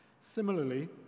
Similarly